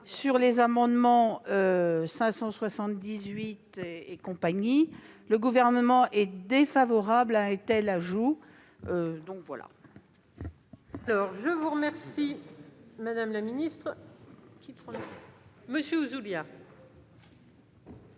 sur les amendements n 578 et 580, le Gouvernement est défavorable à un tel ajout.